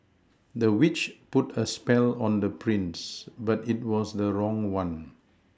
the witch put a spell on the prince but it was the wrong one